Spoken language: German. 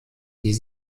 die